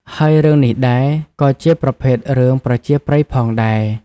ហើយរឿងនេះដែរ ក៏ជាប្រភេទរឿងប្រជាប្រិយផងដែរ។